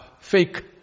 fake